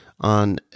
on